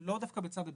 לא דווקא בצד הביקוש,